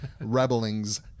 Rebelling's